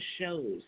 shows